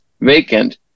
vacant